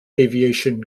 aviation